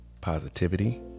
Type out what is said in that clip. positivity